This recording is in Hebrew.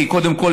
קודם כול,